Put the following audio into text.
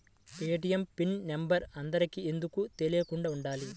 ATM pin number అందరికి ఎందుకు తెలియకుండా ఉండాలి?